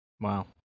Wow